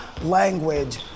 language